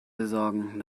besorgen